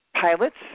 pilots